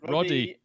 Roddy